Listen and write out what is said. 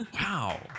Wow